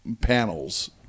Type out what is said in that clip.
panels